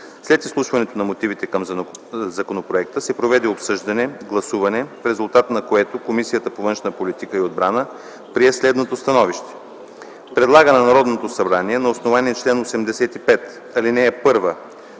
След изслушването на мотивите към законопроекта се проведе обсъждане и гласуване, в резултат на което Комисията по външна политика и отбрана прие следното становище: Предлага на Народното събрание, на основание чл. 85, ал. 1,